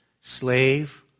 slave